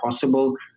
possible